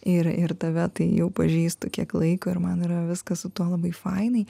ir ir tave tai jau pažįstu kiek laiko ir man yra viskas su tuo labai fainai